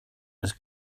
was